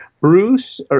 Bruce